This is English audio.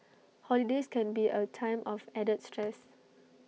holidays can be A time of added stress